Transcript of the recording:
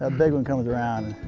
ah big one comes around.